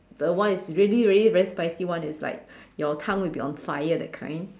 the one is really really very spicy one is like your tongue will be on fire that kind